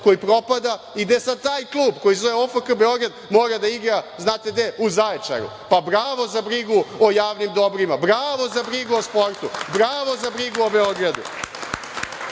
koji propada i gde sada taj klub koji se zove OFK Beograd mora da igra znate gde, u Zaječaru. Pa bravo za brigu o javnim dobrima. Bravo za brigu o sportu. Bravo za brigu o Beogradu. Obećavali